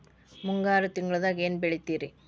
ಮುಂಗಾರು ತಿಂಗಳದಾಗ ಏನ್ ಬೆಳಿತಿರಿ?